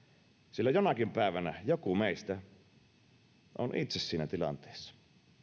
sillä jonakin päivänä joku meistä on itse siinä tilanteessa